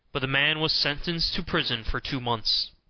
but the man was sentenced to prison for two months.